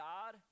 God